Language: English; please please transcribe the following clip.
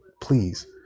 Please